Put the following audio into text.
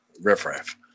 riffraff